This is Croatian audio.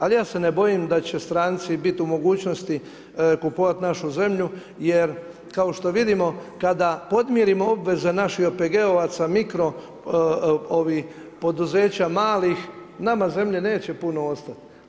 Ali ja se ne bojim da će stranci biti u mogućnosti kupovati našu zemlju jer kao što vidimo kada podmirimo obveze naših OPG-ovaca, mikro poduzeća, malih nama zemlje neće puno ostati.